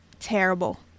terrible